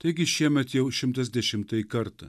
taigi šiemet jau šimtas dešimtąjį kartą